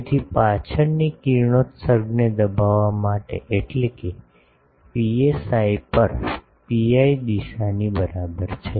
તેથી પાછળની કિરણોત્સર્ગને દબાવવા માટે એટલે કે પીએસઆઇ પર pi દિશાની બરાબર છે